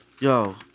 Yo